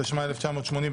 התשמ"ה-1985: